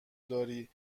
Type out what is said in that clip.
داری